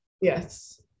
Yes